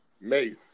Mace